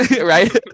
right